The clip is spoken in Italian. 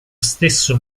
stesso